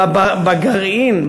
בגרעין,